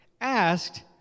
asked